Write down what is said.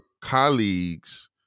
colleagues